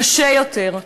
קשה יותר.